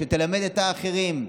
שתלמד את האחרים.